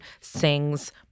sings